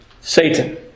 Satan